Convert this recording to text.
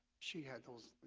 she had those